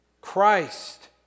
Christ